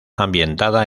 ambientada